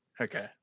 Okay